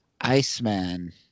Iceman